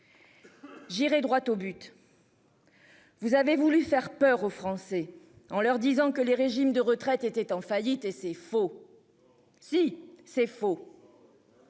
J'irai droit au but. Vous avez voulu faire peur aux Français en leur disant que les régimes de retraite était en faillite et c'est faux. Si c'est faux.